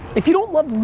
if you don't love,